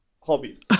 hobbies